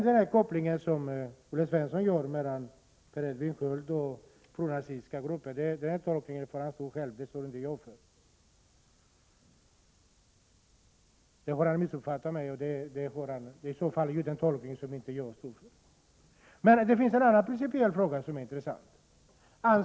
Den koppling som Olle Svensson gör mellan Per Edvin Sköld och pronazistiska grupper får han stå för själv. Han har missuppfattat mig och gjort en tolkning som jag inte står för. Det finns en annan principiell fråga som är intressant.